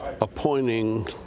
appointing